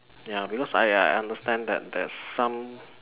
ya because I I understand that there's some